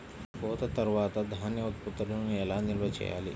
కోత తర్వాత ధాన్య ఉత్పత్తులను ఎలా నిల్వ చేయాలి?